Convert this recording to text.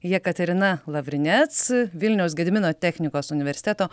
jekaterina lavrinec vilniaus gedimino technikos universiteto